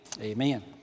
Amen